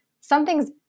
something's